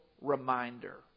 Reminder